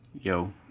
yo